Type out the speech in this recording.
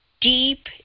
deep